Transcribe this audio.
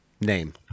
name